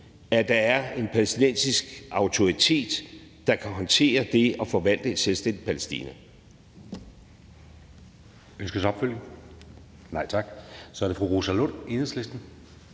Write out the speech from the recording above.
at der er en palæstinensisk autoritet, der kan håndtere det at forvalte et selvstændigt Palæstina.